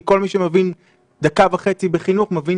כי כל מי שמבין דקה וחצי בחינוך מבין